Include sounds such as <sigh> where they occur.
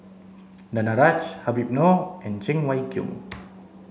Danaraj Habib Noh and Cheng Wai Keung <noise>